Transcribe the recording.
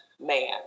man